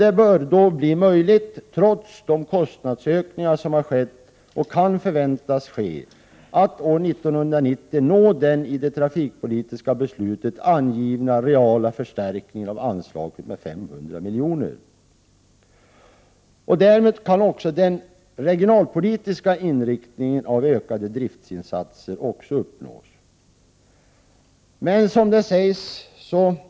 Det bör då bli möjligt, trots de kostnadsökningar som har skett och kan förväntas ske, att år 1990 nå den i det trafikpolitiska beslutet angivna reala förstärkningen av anslaget med 500 milj.kr. Därmed kan den regionalpolitiska inriktningen av ökade driftsinsatser också uppnås.